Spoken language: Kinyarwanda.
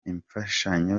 imfashanyo